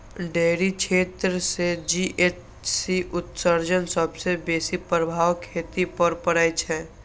dairy क्षेत्र सं GHC उत्सर्जनक सबसं बेसी प्रभाव खेती पर पड़ै छै